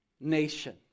nation